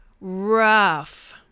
rough